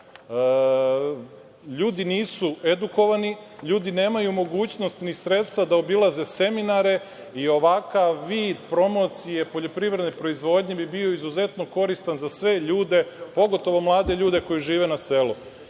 Ljudi nisu edukovani, ljudi nemaju mogućnost ni sredstva da obilaze seminare i ovakav vid promocije poljoprivredne proizvodnje bi bio izuzetno koristan za sve ljude, pogotovo mlade ljude koji žive na selu. Ja